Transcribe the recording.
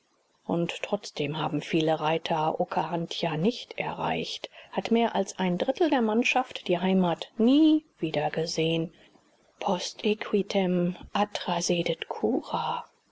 und trotzdem haben viele reiter okahandja nicht erreicht hat mehr als ein drittel der mannschaft die heimat nie wiedergesehen post equitem atra sedet cura